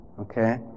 Okay